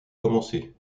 commencer